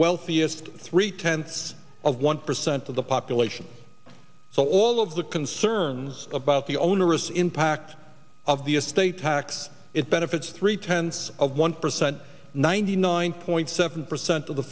wealthiest three tenths of one percent of the population so all of the concerns about the onerous impact of the estate tax it benefits three tenths of one percent ninety nine point seven percent of the